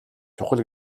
чухал